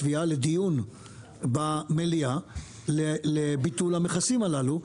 תביעה לדיון במליאה לביטול המכסים הללו,